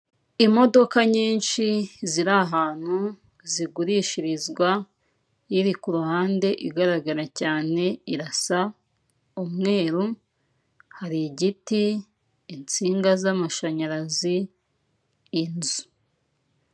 Imodoka nyinshi ziri ahantu zigurishirizwa iri ku ruhande igaragara cyane irasa umweru hari igiti insinga z'amashanyarazi, inzu.